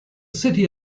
city